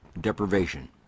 deprivation